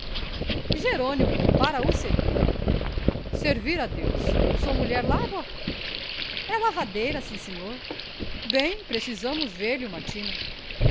jerônimo para o servir servir a deus sua mulher lava é lavadeira sim senhor bem precisamos ver-lhe uma tina